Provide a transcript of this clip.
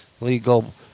legal